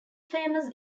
famous